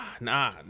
nah